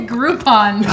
Groupon